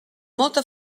molta